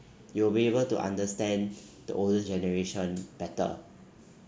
you'll be able to understand the older generation better